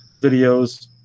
videos